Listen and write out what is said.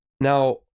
Now